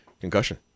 Concussion